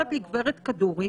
ששולחת לי גב' כדורי,